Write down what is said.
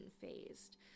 phased